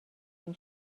این